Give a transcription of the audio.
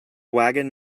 wagon